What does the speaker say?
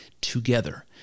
together